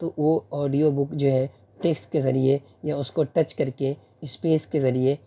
تو وہ audio book جو ہے ٹیکسٹ کے ذریعے یا اس کو ٹچ کر کے اسپیس کے ذریعے